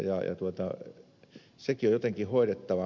sekin on jotenkin hoidettava